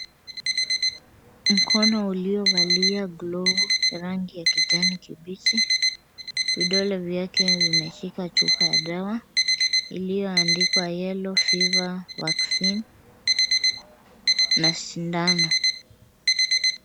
Mkono uiovalia glovu ya rangi ya kijani kibichi, vidole vyake vimeshika chupa ya dawa iliyoandikwa yellow fever vaccine na sindano.